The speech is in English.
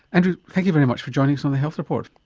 andrew, thank you very much for joining us on the health report.